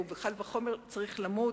וקל וחומר שהוא צריך למות.